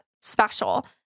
special